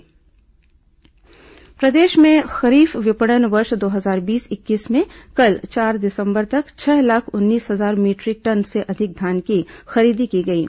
धान खरीदी अवैध धान परिवहन प्रदेश में खरीफ विपणन वर्ष दो हजार बीस इक्कीस में कल चार दिसंबर तक छह लाख उन्नीस हजार मीटरिक टन से अधिक धान की खरीदी की गई है